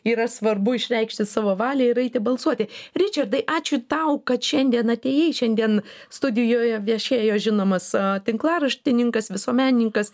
yra svarbu išreikšti savo valią ir eiti balsuoti ričardai ačiū tau kad šiandien atėjai šiandien studijoje viešėjo žinomas tinklaraštininkas visuomenininkas